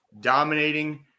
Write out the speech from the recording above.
dominating